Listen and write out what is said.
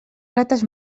rates